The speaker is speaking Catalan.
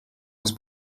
les